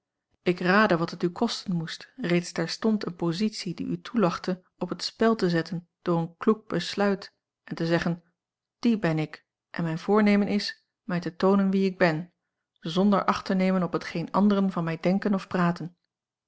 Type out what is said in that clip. ik raadde wat het u kosten moest reeds terstond eene positie die u toelachte op het spel te zetten door een kloek besluit en te zeggen die ben ik en mijn voornemen is mij te toonen wie ik ben zonder acht te nemen op hetgeen anderen van mij denken of praten